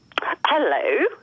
Hello